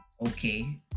okay